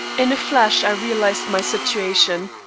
in a flash i realized my situation.